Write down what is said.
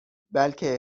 بلکه